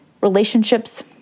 relationships